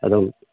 ꯑꯗꯨꯝ